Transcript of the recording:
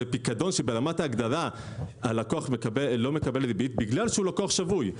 זה פיקדון שברמת ההגדרה הלקוח לא מקבל ריבית בגלל שהוא לקוח שבוי.